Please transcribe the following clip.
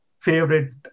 favorite